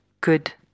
good